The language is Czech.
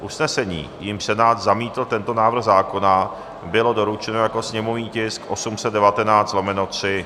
Usnesení, jímž Senát zamítl tento návrh zákona, bylo doručeno jako sněmovní tisk 819/3.